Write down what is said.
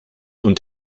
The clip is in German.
und